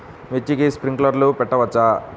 మిర్చికి స్ప్రింక్లర్లు పెట్టవచ్చా?